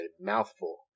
mouthful